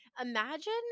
imagine